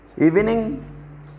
Evening